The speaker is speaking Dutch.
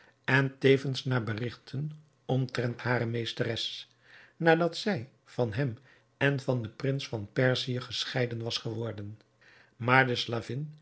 en tevens naar berigten omtrent hare meesteres nadat zij van hem en van den prins van perzië gescheiden was geworden maar de slavin